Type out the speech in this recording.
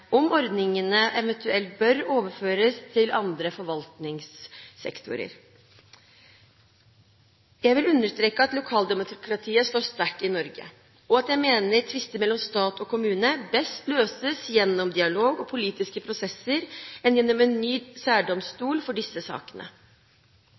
om ordningene eventuelt bør overføres til andre forvaltningssektorer. Jeg vil understreke at lokaldemokratiet står sterkt i Norge, og jeg mener at tvister mellom stat og kommune best løses gjennom dialog og politiske prosesser snarere enn gjennom en ny